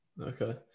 Okay